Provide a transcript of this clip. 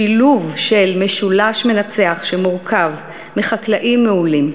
השילוב של משולש מנצח שמורכב מחקלאים מעולים,